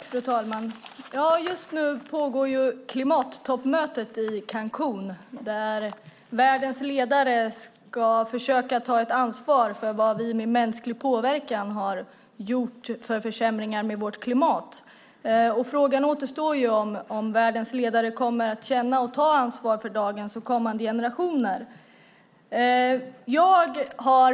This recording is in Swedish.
Fru talman! Just nu pågår klimattoppmötet i Cancún där världens ledare ska försöka ta ansvar för de försämringar av vårt klimat som vi har åstadkommit med mänsklig påverkan. Det återstår att se om att världens ledare kommer att känna och ta ansvar för dagens och kommande generationer.